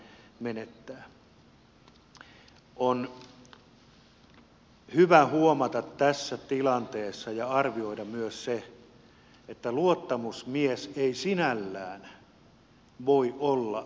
on hyvä huomata tässä tilanteessa ja arvioida myös se että luottamusmies ei sinällään voi olla järjestämässä laittomia lakkoja